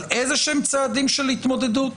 אבל איזשהם צעדים להתמודדות.